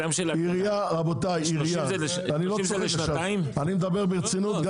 אני מדבר ברצינות,